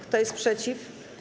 Kto jest przeciw?